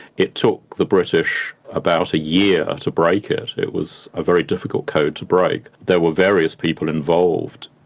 it took the british about a year to break it, it was a very difficult code to break. there were various people involved.